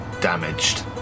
damaged